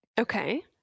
Okay